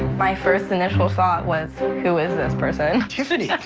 my first initial thought was who is this person? tiffany!